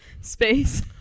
space